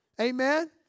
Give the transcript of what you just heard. Amen